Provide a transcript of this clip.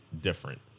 different